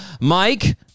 mike